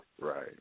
Right